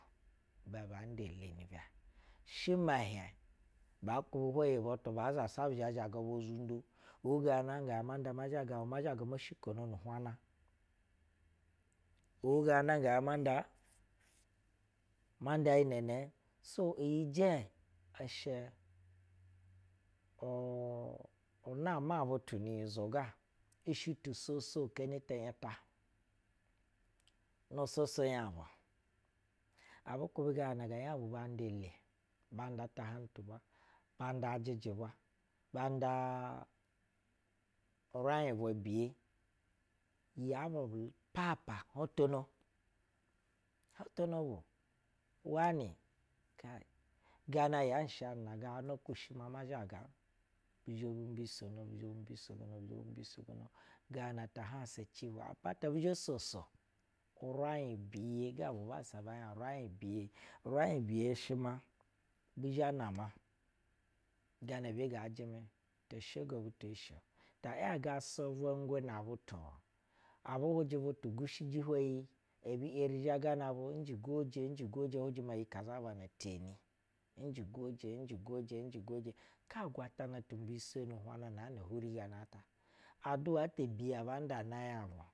Ba zhɛ nda ule nu bwa shɛ ma hiɛy baa kwubɛ hwai iyi butu ba zasa bi zhɛ shag abo zundo. Be zhe nanga ga na ma zha mo shikono ya nu hwana kwo gana nga zha manda manda yinɛnɛ so ijɛ ishɛ uu- nama butu nu ynyizo ga ishɛ tusoso keni ti yita no soso nyabu abu kwubɛ ganana ga nyabu ban da iyi. amga tahanu tu bwa manga ajɛjɛ bwa bannda uraub hantonobu wanɛ gana yashnɛ nag ana yan shanɛ na ganana kub shɛ ma mazhaga? Bi shɛ bu mbiso bi zhɛ bu mbiso bi zhɛ bu mbiso gana tu hansa timi apata bizhɛ bo so uraig biye uraig biye uraig biye shɛ ma bi zhɛ nama gama be ga jɛwɛ. ta yaga sɛbwɛngwɛ nab utu. Abu hwuja butu gushiji hwai iyi ebi eri zhagana ɛnjɛ gwoje ɛnjɛ gwoje n hwujɛ ma iyi kazaba na. n njɛ gwoje nujɛ gwje n njɛ gwoje. Ga agwatana ti mbiseni uhwana na eti ya kana aduwa ta biye abandana nyabu.